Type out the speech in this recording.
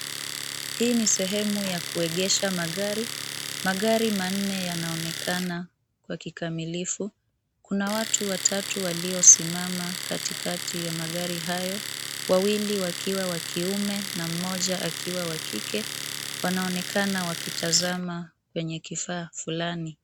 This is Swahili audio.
Hii ni sehemu ya kuegesha magari. Magari manne yanaonekana kwa kikamilifu. Kuna watu watatu waliosimama katikati ya magari hayo, wawili wakiwa wa kiume na mmoja akiwa wa kike. Wanaonekana wakitazama kwenye kifaa fulani.